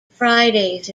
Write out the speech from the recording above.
fridays